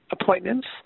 appointments